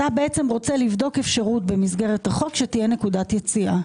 אתה בעצם רוצה לבדוק אפשרות במסגרת החוק שתהיה נקודת יציאה.